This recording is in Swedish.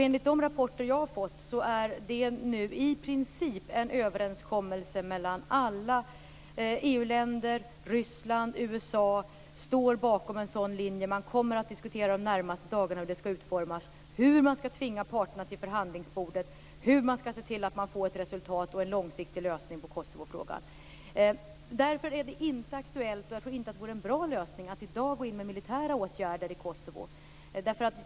Enligt de rapporter jag har fått är det nu i princip en överenskommelse mellan alla EU länder, Ryssland och USA. Alla står bakom en sådan linje. Man kommer att diskutera under de närmaste dagarna hur det skall utformas, hur man skall tvinga parterna till förhandlingsbordet och hur man skall se till att man får ett resultat och en långsiktig lösning på Därför är det inte aktuellt, och jag tror inte att det vore en bra lösning, att i dag gå in med militära åtgärder i Kosovo.